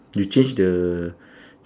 you change the